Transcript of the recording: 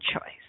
choice